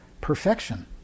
perfection